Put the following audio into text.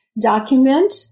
document